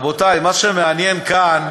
רבותי, מה שמעניין כאן,